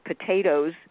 potatoes